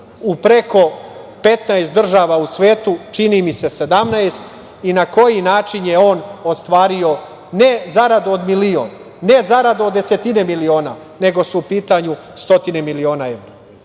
preko 15 država u svetu, čini mi se 17, i na koji način je on ostvario ne zaradu od milion, ne zaradu od desetine miliona, nego su u pitanju stotine miliona evra. Ista